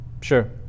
sure